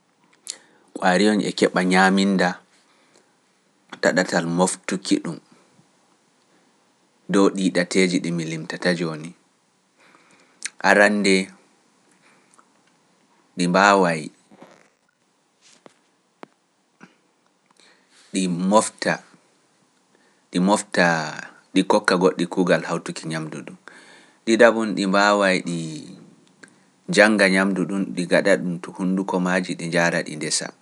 kWaariyon e keɓa ñaaminda ta ɗatal moftuki ɗum, dow ɗii ɗateeji ɗi mi limtata jooni. Arannde ɗi mbaaway, ɗi mofta, ɗi mofta ɗi kokka goɗɗi kuugal hawtuki ñamdu ɗum ɗi ɗaɓum ɗi mbaawa e ɗi jannga ñamdu ɗum ɗi gaɗa ɗum to hunduko maaji ɗi jara di ndesa.